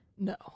No